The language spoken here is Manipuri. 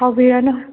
ꯁꯥꯎꯕꯤꯔꯅꯨ